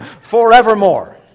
forevermore